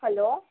hello